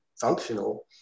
functional